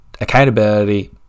accountability